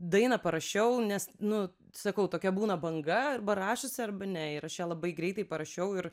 dainą parašiau nes nu sakau tokia būna banga arba rašosi arba ne ir aš ją labai greitai parašiau ir